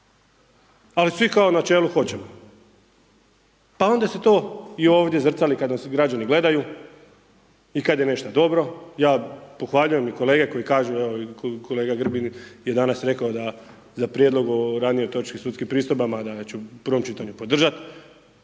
Ali svi kao u načelu hoćemo. Pa onda se to i ovdje zrcali kada nas građani gledaju i kada je nešto dobro. Ja pohvaljujem i kolege koji kažu evo i kolega Grbin je danas rekao da za prijedlog o ranijoj točki sudskim pristojbama da .../Govornik se